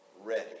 ready